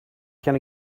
can